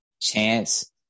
Chance